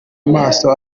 amaso